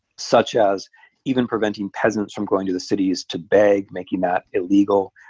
such as even preventing peasants from going to the cities to beg, making that illegal.